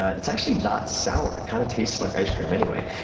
ah and it's actually not sour, it kind of tastes like ice cream anyway.